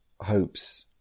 hopes